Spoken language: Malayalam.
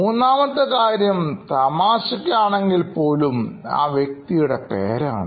മൂന്നാമത്തെ കാര്യം തമാശയ്ക്ക് എങ്കിൽ പോലും ആ വ്യക്തിയുടെ പേരാണ്